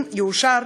אם יאושר,